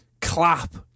clap